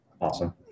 awesome